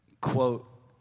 quote